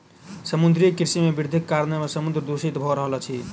समुद्रीय कृषि मे वृद्धिक कारणेँ समुद्र दूषित भ रहल अछि